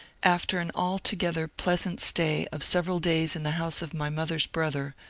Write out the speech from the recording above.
after an altogether pleasant stay of several days in the house of my mother's brother,